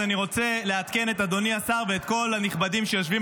אז אני רוצה לעדכן את אדוני השר ואת כל הנכבדים שיושבים